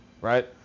right